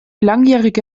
langjährige